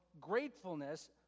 gratefulness